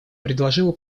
предложила